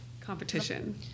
Competition